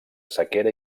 sequera